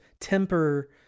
temper